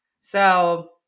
So-